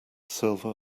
silver